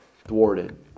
thwarted